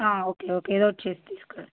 okay okay ఏదో ఒకటి చేసి తీసుకరండి